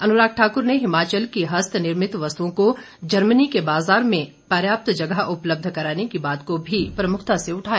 अनुराग ठाकुर ने हिमाचल की हस्त निर्मित वस्तुओं को जर्मन के बाजार में पर्याप्त जगह उपलब्ध कराने की बात को भी प्रमुखता से उठाया